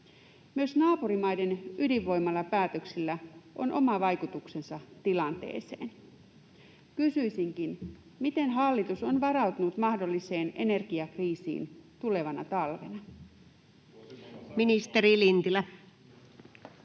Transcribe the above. Myös naapurimaiden ydinvoimalapäätöksillä on oma vaikutuksensa tilanteeseen. Kysyisinkin: miten hallitus on varautunut mahdolliseen energiakriisiin tulevana talvena?